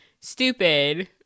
stupid